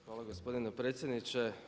Hvala gospodine predsjedniče.